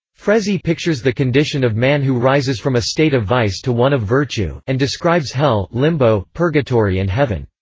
frezzi pictures the condition of man who rises from a state of vice to one of virtue, and describes hell, limbo, purgatory and heaven.